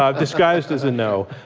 ah disguised as a no.